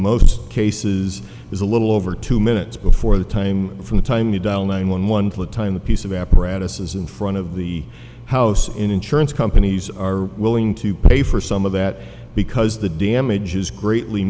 most cases is a little over two minutes before the time from the time you dial nine one one full time the piece of apparatus is in front of the house insurance companies are willing to pay for some of that because the damage is greatly